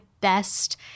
best